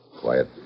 Quiet